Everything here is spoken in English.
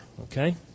okay